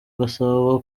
gasabo